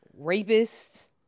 rapists